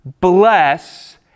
Bless